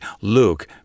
Luke